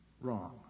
wrong